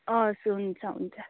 हस् हुन्छ हुन्छ